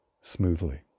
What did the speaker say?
smoothly